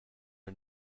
are